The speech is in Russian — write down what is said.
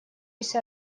есть